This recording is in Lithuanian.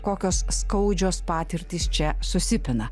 kokios skaudžios patirtys čia susipina